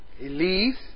Elise